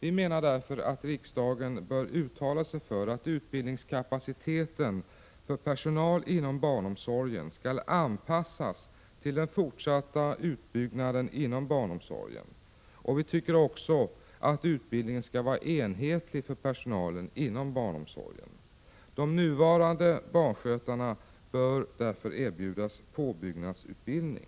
Vi menar därför att riksdagen bör uttala sig för att utbildningskapaciteten för personal inom barnomsorgen skall anpassas till den fortsatta utbyggnaden inom barnomsorgen. Vi tycker också att utbildningen skall vara enhetlig för personalen inom barnomsorgen. De nuvarande barnskötarna bör erbjudas påbyggnadsutbildning.